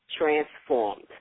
transformed